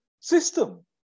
system